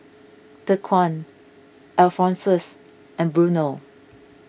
Dequan Alphonsus and Bruno